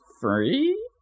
free